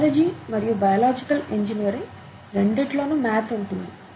biology మరియు biological engineering రెండింటిలోనూ math ఉంటుంది